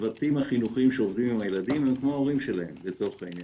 הצוותים החינוכיים שעובדים עם הילדים הם כמו ההורים שלהם לצורך העניין,